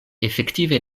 efektive